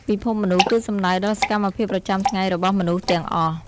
ពិភពមនុស្សគឺសំដៅដល់សកម្មភាពប្រចាំថ្ងៃរបស់មនុស្សទាំងអស់។